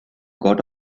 got